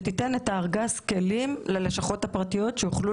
שתיתן את ארגז הכלים ללשכות הפרטיות שיוכלו